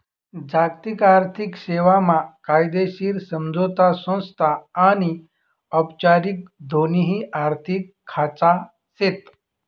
जागतिक आर्थिक सेवा मा कायदेशीर समझोता संस्था आनी औपचारिक दोन्ही आर्थिक खाचा शेत